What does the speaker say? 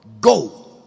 go